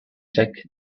check